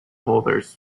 holders